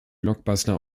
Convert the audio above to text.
blockbuster